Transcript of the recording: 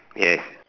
yes